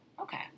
Okay